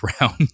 round